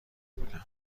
بودم